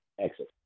exit